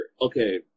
okay